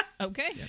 okay